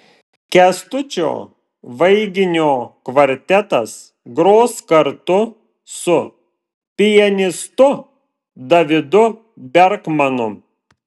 kęstučio vaiginio kvartetas gros kartu su pianistu davidu berkmanu